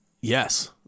Yes